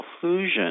conclusion